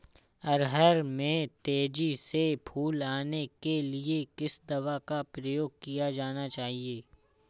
अरहर में तेजी से फूल आने के लिए किस दवा का प्रयोग किया जाना चाहिए?